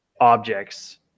objects